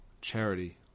Charity